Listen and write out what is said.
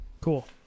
Cool